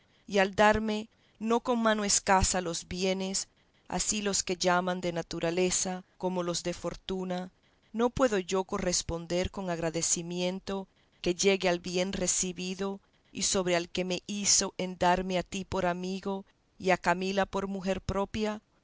y al darme no con mano escasa los bienes así los que llaman de naturaleza como los de fortuna no puedo yo corresponder con agradecimiento que llegue al bien recebido y sobre al que me hizo en darme a ti por amigo y a camila por mujer propria